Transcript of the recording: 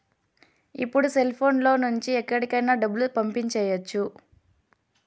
ఇప్పుడు సెల్ఫోన్ లో నుంచి ఎక్కడికైనా డబ్బులు పంపియ్యచ్చు